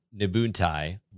Nabuntai